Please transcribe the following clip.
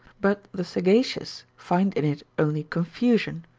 but the sagacious find in it only confusion,